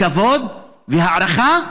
כבוד והערכה,